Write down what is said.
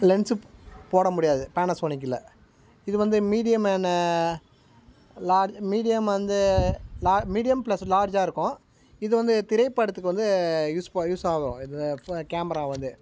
lens போட முடியாது பேனசோனிக்கில் இது வந்து மீடியம் என்ன லார் மீடியம் வந்து லா மீடியம் ப்ளஸ் லார்ஜாக இருக்கும் இது வந்து திரைப்படத்துக்கு வந்து யூஸ் ப யூஸாகும் இது கேமரா வந்து